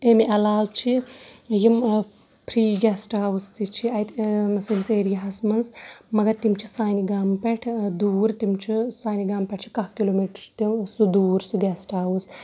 اَمہِ علاوٕ چھِ یِم فری گیسٹہٕ ہاوُس تہِ چھِ اتہِ سٲنِس ایریاہس منٛز مَگر تِم چھِ سانہِ گامہٕ پٮ۪ٹھ دوٗر تِم چھِ سانہِ گامہٕ پٮ۪ٹھ چھِ کاہ کِلو میٖٹر سُہ دوٗر سُہ گیسٹہٕ ہاوُس